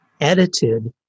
edited